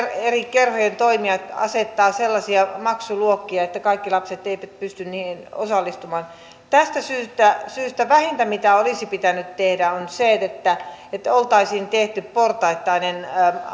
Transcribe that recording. eri kerhojen toimijat asettavat sellaisia maksuluokkia että kaikki lapset eivät pysty niihin osallistumaan tästä syystä vähintä mitä olisi pitänyt tehdä on se että että oltaisiin tehty portaittainen